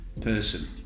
person